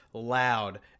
loud